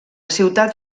ciutat